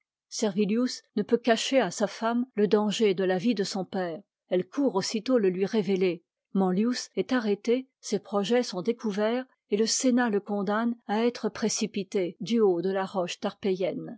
servilius ne peut cacher à sa femme le danger de la vie de son père elle court aussitôt le lui révéler manlius est arrêté ses projets sont découverts et le sénat le condamne à être précipité du haut de la roche